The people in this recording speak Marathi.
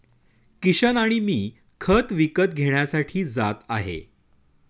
किशन आणि मी खत विकत घेण्यासाठी जात आहे